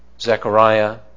Zechariah